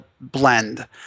blend